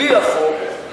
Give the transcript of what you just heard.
בלי החוק,